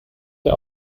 der